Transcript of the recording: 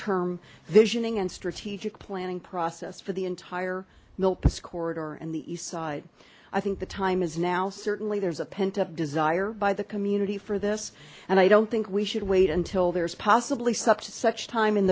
term vision and strategic planning process for the entire milpas corridor and the east side i think the time is now certainly there's a pent up desire by the community for this and i don't think we should wait until there's possibly such such time in